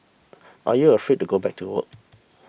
are you afraid to go back to work